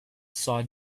saw